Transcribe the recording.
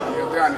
ולכן,